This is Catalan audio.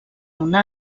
una